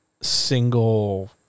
single